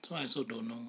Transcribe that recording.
so I also don't know